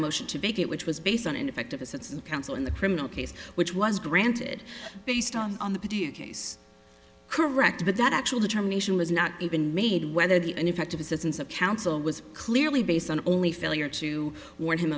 a motion to bake it which was based on ineffective assistant counsel in the criminal case which was granted based on on the case correct but that actual determination was not even made whether the ineffective assistance of counsel was clearly based on only failure to warn him